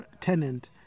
tenant